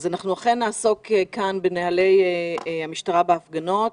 אנחנו אכן נעסוק כאן בנהלי המשטרה בהפגנות,